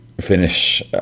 finish